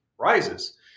rises